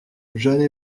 jeunes